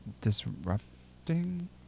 disrupting